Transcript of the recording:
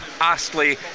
Astley